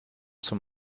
zum